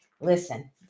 listen